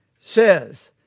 says